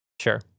Sure